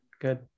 Good